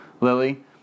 lily